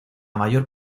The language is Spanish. mayor